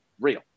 real